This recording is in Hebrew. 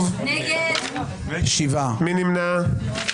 מי נמנע?